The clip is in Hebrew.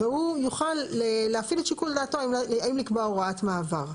והוא יוכל להפעיל את שיקול דעתו האם לקבוע הוראת מעבר.